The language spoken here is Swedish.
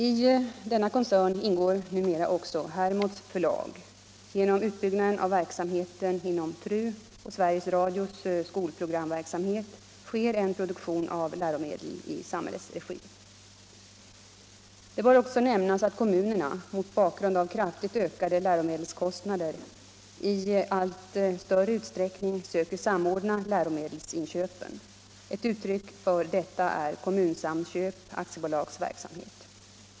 I denna koncern ingår numera också Hermods förlag. Genom utbyggnaden av verksamheten inom TRU och Sveriges Radios skolprogramverksamhet sker en produktion av läromedel i samhällets regi. Det bör också nämnas att kommunerna, mot bakgrund av kraftigt ökade läromedelskostnader, i allt större utsträckning söker samordna läromedelsinköpen. Ett uttryck för detta är Kommunsamköp AB:s verksamhet.